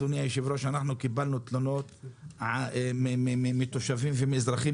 אדוני היושב-ראש: קיבלנו תלונות מתושבים ומאזרחים,